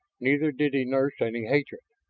neither did he nurse any hatred.